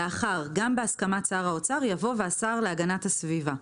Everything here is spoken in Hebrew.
לאחר 'גם בהסכמת שר האוצר' יבוא 'והשר להגנת הסביבה'.